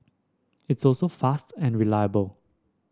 it's also fast and reliable